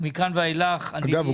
אגב,